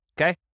Okay